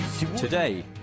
Today